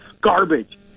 garbage